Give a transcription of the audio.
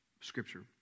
scripture